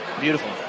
Beautiful